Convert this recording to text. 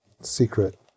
secret